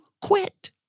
quit